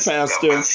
Pastor